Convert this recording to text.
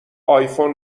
آیفون